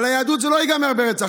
על היהדות, זה לא ייגמר ברצח.